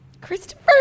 Christopher